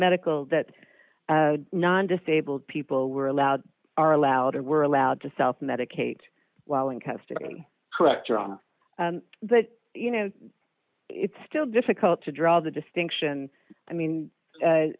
medical that non disabled people were allowed are allowed or were allowed to south medicate while in custody correct drama that you know it's still difficult to draw the distinction i mean